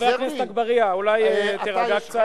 חבר הכנסת אגבאריה, אולי תירגע קצת?